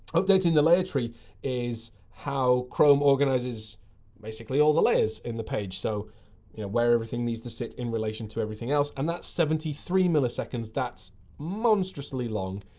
updating the layer tree is how chrome organizes basically all the layers in the page, so where everything needs to sit in relation to everything else. and that's seventy three milliseconds. that's monstrously long,